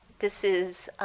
this is